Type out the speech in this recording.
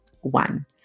One